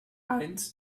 eins